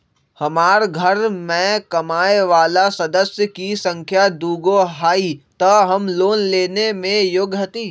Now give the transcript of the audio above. हमार घर मैं कमाए वाला सदस्य की संख्या दुगो हाई त हम लोन लेने में योग्य हती?